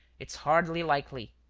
it's hardly likely.